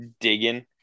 digging